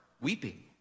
weeping